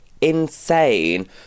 insane